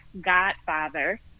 Godfather